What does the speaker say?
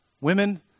Women